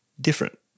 different